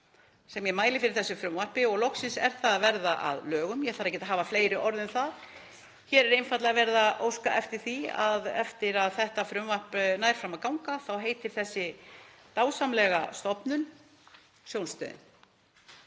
sem ég mæli fyrir þessu frumvarpi og loksins er það að verða að lögum. Ég ætla ekkert að hafa fleiri orð um það. Hér er einfaldlega verið að óska eftir því að eftir að þetta frumvarp nær fram að ganga þá heiti þessi dásamlega stofnun Sjónstöðin.